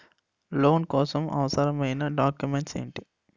Loan కోసం అవసరమైన documents ఎంటి?